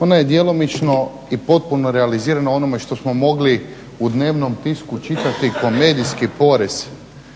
ona je djelomično i potpuno realizirana u onome što smo mogli u dnevnom tisku čitati kao medijski porez.